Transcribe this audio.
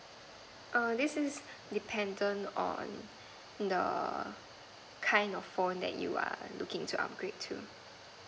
err this is dependent on the kind of phone that you are looking to upgrade to